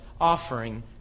offering